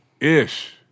Ish